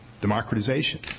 democratization